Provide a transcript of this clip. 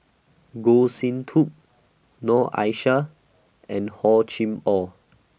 Goh Sin Tub Noor Aishah and Hor Chim Or